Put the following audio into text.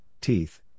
teeth